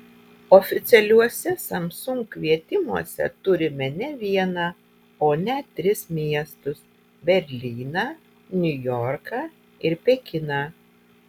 oficialiuose samsung kvietimuose turime ne vieną o net tris miestus berlyną niujorką ir pekiną